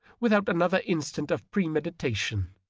without another instant of premeditation?